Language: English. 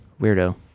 Weirdo